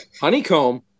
Honeycomb